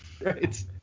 right